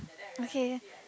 okay